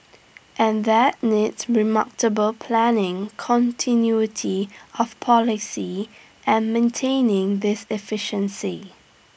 and that needs remarkable planning continuity of policy and maintaining this efficiency